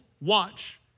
watch